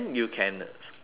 say that